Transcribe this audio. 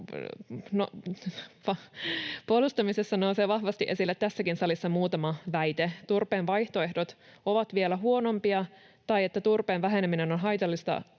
puolustamisessa nousee vahvasti esille tässäkin salissa muutama väite: että turpeen vaihtoehdot ovat vielä huonompia ja että turpeenkäytön väheneminen on haitallista